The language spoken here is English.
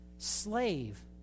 Slave